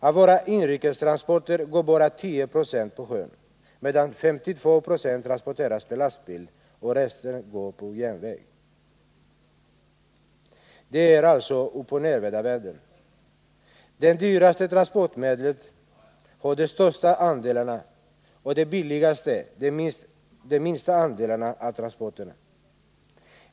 Av våra inrikestransporter går bara 10 90 på sjön, medan 52 90 transporteras per lastbil och resten på järnväg. Det är alltså uppoch nervända världen. Det dyraste transportmedlet har de största andelarna och det billigaste de minsta andelarna av transporterna.